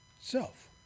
Self